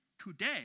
today